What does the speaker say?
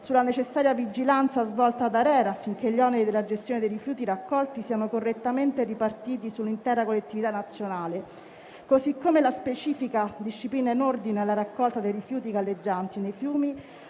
per energia, reti e ambiente (ARERA) affinché gli oneri della gestione dei rifiuti raccolti siano correttamente ripartiti sull'intera collettività nazionale; così come alla specifica disciplina in ordine alla raccolta dei rifiuti galleggianti nei fiumi